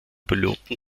piloten